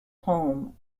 home